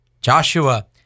Joshua